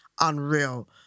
unreal